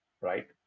right